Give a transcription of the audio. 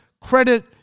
Credit